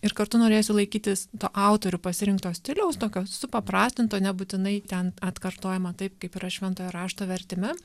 ir kartu norėjosi laikytis to autorių pasirinkto stiliaus tokio supaprastinto nebūtinai ten atkartojama taip kaip yra šventojo rašto vertime